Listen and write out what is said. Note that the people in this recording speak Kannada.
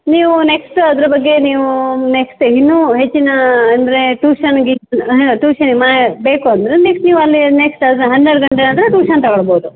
ನೀವು ನೆಕ್ಸ್ಟ್ ಅದ್ರ ಬಗ್ಗೆ ನೀವು ನೆಕ್ಸ್ಟ್ ಇನ್ನೂ ಹೆಚ್ಚಿನ ಅಂದರೆ ಟ್ಯೂಷನ್ಗೆ ಟ್ಯೂಷನ್ ಬೇಕು ಅಂದರೆ ನೆಕ್ಸ್ಟ್ ನೀವಲ್ಲಿ ನೆಕ್ಸ್ಟ್ ಹನ್ನೆರಡು ಗಂಟೆ ಅಂದರೆ ಟ್ಯೂಷನ್ ತಗೊಳ್ಬೋದು